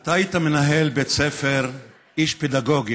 אתה היית מנהל בית ספר, איש פדגוגיה.